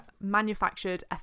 manufactured